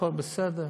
הכול בסדר,